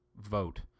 vote